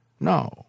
No